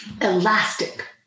Elastic